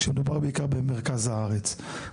כשמדובר בעיקר במרכז הארץ.